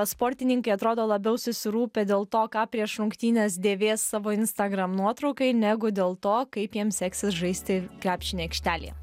sportininkai atrodo labiau susirūpę dėl to ką prieš rungtynes dėvės savo instagram nuotraukai negu dėl to kaip jiems seksis žaisti krepšinį aikštelėje